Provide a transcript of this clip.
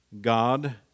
God